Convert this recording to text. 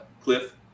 cliff